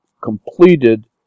completed